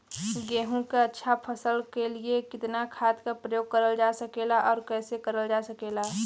गेहूँक अच्छा फसल क लिए कितना खाद के प्रयोग करल जा सकेला और कैसे करल जा सकेला?